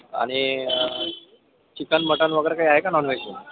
आणि चिकन मटण वगैरे काही आहे का नॉन व्हेजमध्ये